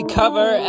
cover